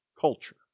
culture